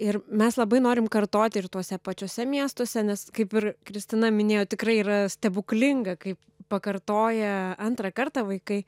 ir mes labai norim kartoti ir tuose pačiuose miestuose nes kaip ir kristina minėjo tikrai yra stebuklinga kaip pakartoja antrą kartą vaikai